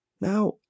Now